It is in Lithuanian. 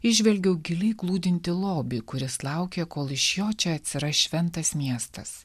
įžvelgiau giliai glūdintį lobį kuris laukė kol iš jo čia atsiras šventas miestas